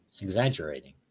exaggerating